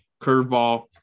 Curveball